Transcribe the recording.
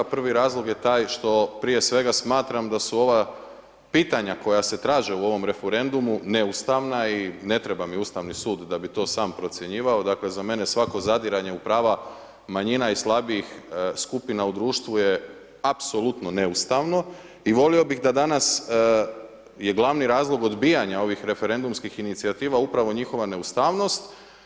Prvi razlog je taj što prije svega smatram da su ova pitanja koja se traže u ovom referendumu neustavna i ne treba mi Ustavni sud da bi to sam procjenjivao, dakle za mene svako zadiranje u prava manjina i slabijih skupina u društvu je apsolutno neustavno i volio bih da danas je glavni razlog odbijanja ovih referendumskih inicijativa upravo njihova neustavnost.